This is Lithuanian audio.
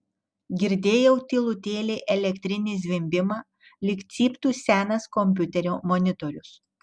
girdėjau tylutėlį elektrinį zvimbimą lyg cyptų senas kompiuterio monitorius